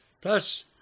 Plus